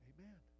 Amen